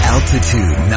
Altitude